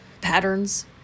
patterns